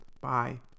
Bye